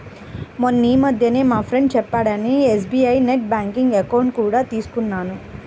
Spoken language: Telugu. మొన్నీమధ్యనే మా ఫ్రెండు చెప్పాడని ఎస్.బీ.ఐ నెట్ బ్యాంకింగ్ అకౌంట్ కూడా తీసుకున్నాను